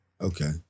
Okay